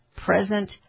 present